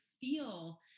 feel